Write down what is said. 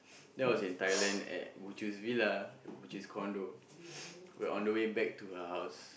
that was in Thailand at Buchu's Villa Buchu's condo we were on the way back to her house